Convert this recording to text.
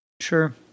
Sure